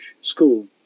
school